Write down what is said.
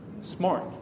smart